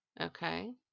Okay